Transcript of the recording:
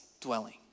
dwelling